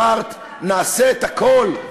אמרת: נעשה את הכול,